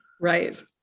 Right